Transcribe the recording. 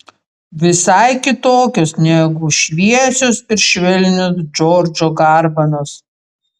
visai kitokios negu šviesios ir švelnios džordžo garbanos